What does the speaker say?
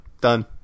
done